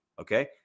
okay